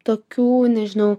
tokių nežinau